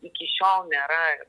iki šiol nėra ir